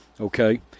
Okay